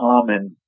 common